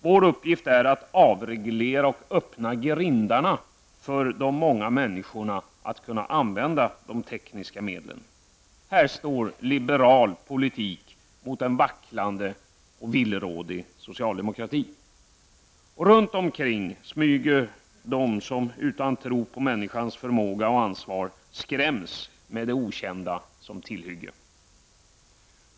Vår uppgift är att avreglera och öppna grindarna för de många människorna när det gäller att använda tekniska hjälpmedel. Här står liberal politik mot en vacklande och villrådig socialdemokrati. Runtomkring smyger de som utan tro på människans förmåga och ansvar skräms med det okända som tillhygge.